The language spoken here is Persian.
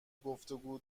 گفتگو